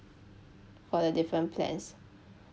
for the different plans